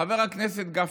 חבר הכנסת גפני,